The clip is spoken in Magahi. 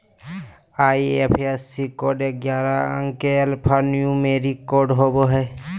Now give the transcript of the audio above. आई.एफ.एस.सी कोड ग्यारह अंक के एल्फान्यूमेरिक कोड होवो हय